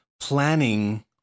planning